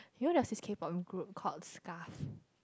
you know the six box in group coast Skarf